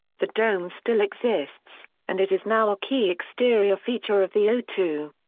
the dome still exists, and it is now a key exterior feature of the o two.